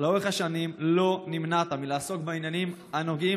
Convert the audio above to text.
לאורך השנים לא נמנעת מלעסוק בעניינים הנוגעים